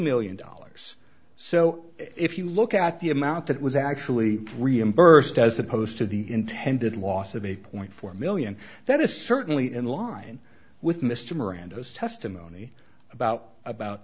million dollars so if you look at the amount that was actually reimbursed as opposed to the intended loss of eight point four million that is certainly in line with mr miranda's testimony about about